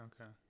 okay